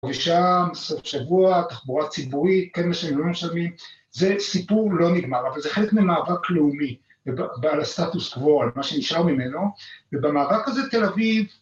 שעה, סוף שבוע, תחבורה ציבורית, כן משלמים לא משלמים, זה סיפור לא נגמר, אבל זה חלק ממאבק לאומי ובעל סטטוס גבוה, על מה שנשאר ממנו, ובמאבק הזה תל אביב